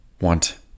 want